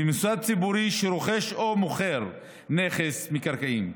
למשרד ציבורי שרוכש או מוכר נכס מקרקעין.